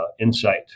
insight